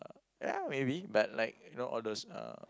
ya maybe but like you know all those uh